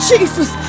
Jesus